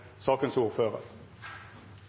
sakens